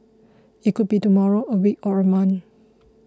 it could be tomorrow a week or a month